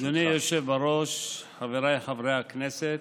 אדוני היושב-ראש, חבריי חברי הכנסת,